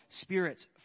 spirits